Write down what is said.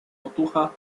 otucha